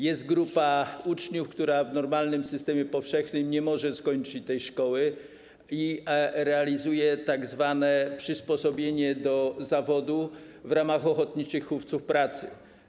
Jest grupa uczniów, która w normalnym systemie powszechnym nie może skończyć tej szkoły i realizuje tzw. przysposobienie do zawodu w ramach Ochotniczych Hufców Pracy.